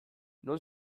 non